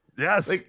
Yes